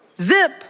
zip